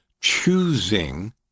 choosing